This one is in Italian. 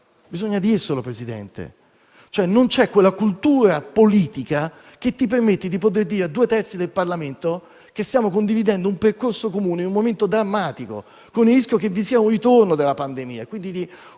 oggi non c'è. Non c'è quella cultura politica che permetta di poter dire a due terzi del Parlamento che stiamo condividendo un percorso comune in un momento drammatico, con il rischio che vi sia un ritorno della pandemia,